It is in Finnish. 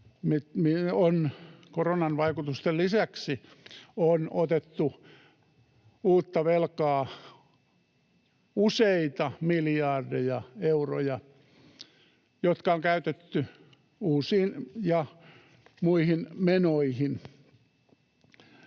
koronan vaikutusten lisäksi on otettu uutta velkaa useita miljardeja euroja, jotka on käytetty uusiin ja muihin menoihin.